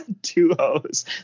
duos